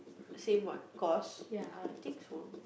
same what course ah think so